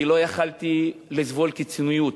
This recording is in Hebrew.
כי לא יכולתי לסבול קיצוניות.